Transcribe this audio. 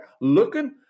looking